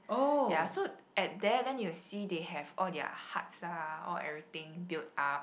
ya so at there then you'll see they have all their huts ah all everything built up